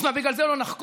אז מה, בגלל זה לא נחקור?